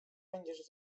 będziesz